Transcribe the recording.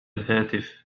الهاتف